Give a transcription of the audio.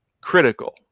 critical